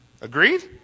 Agreed